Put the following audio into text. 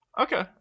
Okay